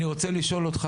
אני רוצה לשאול אותך